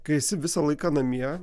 kai esi visą laiką namie